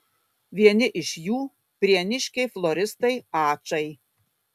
vieni iš jų prieniškiai floristai ačai